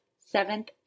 seventh